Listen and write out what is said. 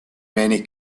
many